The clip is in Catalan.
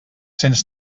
cents